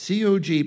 COG